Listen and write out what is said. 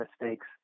mistakes